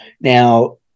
Now